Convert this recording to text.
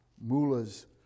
mullahs